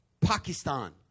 Pakistan